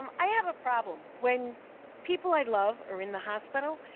um i have a problem. when people i love are in the hospital,